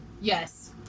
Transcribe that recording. Yes